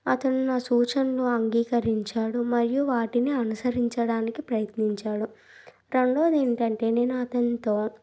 అతను నా సూచనలు అంగీకరించాడు మరియు వాటిని అనుసరించడానికి ప్రయత్నించాడు రెండోది ఏంటంటే నేను అతనితో